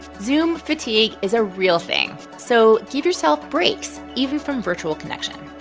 zoom fatigue is a real thing, so give yourself breaks, even from virtual connection.